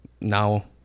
Now